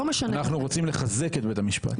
אנחנו רוצים לחזק את בית המשפט.